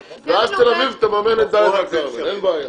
ואז תל אביב תממן את דלית אל כרמל, אין בעיה.